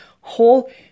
whole